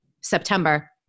September